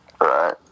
Right